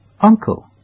Uncle